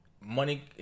money